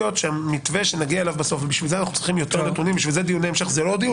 שהמתווה שנגיע אליו בסוף שיש דברים